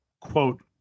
quote